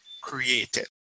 created